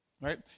right